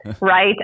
right